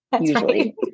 usually